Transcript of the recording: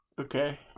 Okay